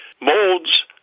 molds